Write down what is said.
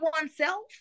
oneself